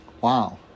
Wow